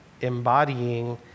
embodying